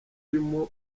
urimo